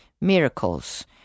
miracles